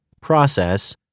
Process